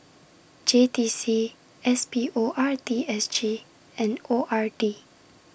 J T C S P O R T S G and O R D